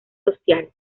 social